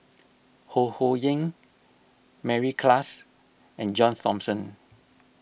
Ho Ho Ying Mary Klass and John Thomson